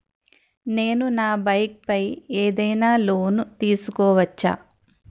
నేను నా బైక్ పై ఏదైనా లోన్ తీసుకోవచ్చా?